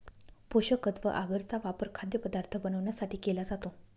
पोषकतत्व आगर चा वापर खाद्यपदार्थ बनवण्यासाठी केला जातो